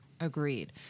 Agreed